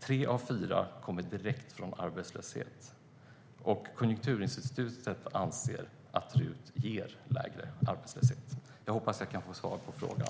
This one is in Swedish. Tre av fyra kommer direkt från arbetslöshet. Konjunkturinstitutet anser att RUT ger lägre arbetslöshet. Herr talman! Jag hoppas att jag kan få svar på frågan.